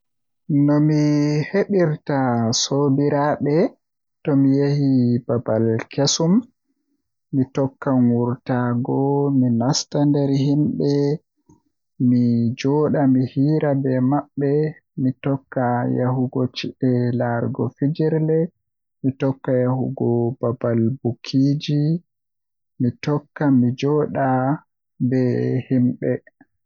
Nomi heɓirta sobiraaɓe tomi yahi babal kesum mi tokkan wurtaago mi nasta nder himɓe mi jooɗa mi hiira be mabɓe, mi tokkaa yahugo ci'e laarugo fijirle mi tokka yahugo babal bukiiji mi tokka mi joɗa jam be himɓe.